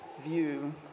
view